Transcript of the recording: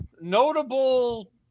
notable